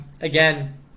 Again